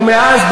ומאז,